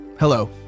Hello